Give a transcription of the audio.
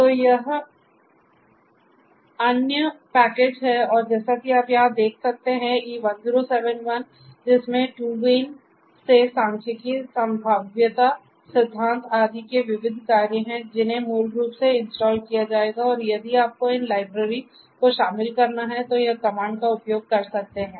तो यह यह अन्य पैकेज है और जैसा कि आप यहां देख सकते हैं e1071 जिसमें TU Wien से सांख्यिकी संभाव्यता सिद्धांत आदि के विविध कार्य हैं जिन्हें मूल रूप से इंस्टॉल किया जाएगा और यदि आपको इन लाइब्रेरी को शामिल करना है तो यह कमांड का उपयोग कर सकते हैं